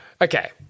okay